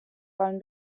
allen